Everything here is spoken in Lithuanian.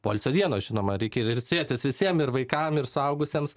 poilsio dienos žinoma reikia ilsėtis visiem ir vaikam ir suaugusiems